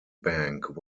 bank